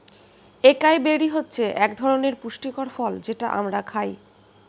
একাই বেরি হচ্ছে একধরনের পুষ্টিকর ফল যেটা আমরা খাই